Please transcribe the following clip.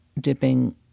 dipping